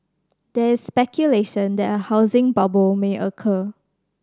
there is speculation that a housing bubble may occur